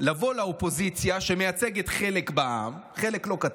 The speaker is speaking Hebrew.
לבוא לאופוזיציה, שמייצגת חלק בעם, חלק לא קטן,